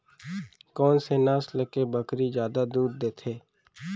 कोन से नस्ल के बकरी जादा दूध देथे